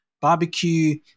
Barbecue